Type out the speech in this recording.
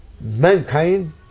mankind